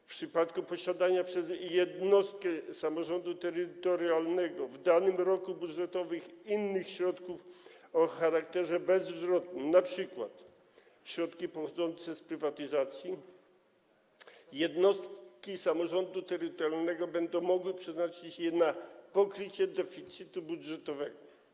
W przypadku posiadania przez jednostkę samorządu terytorialnego w danym roku budżetowym innych środków o charakterze bezzwrotnym - np. środków pochodzących z prywatyzacji - jednostki samorządu terytorialnego będą mogły przeznaczyć je na pokrycie deficytu budżetowego.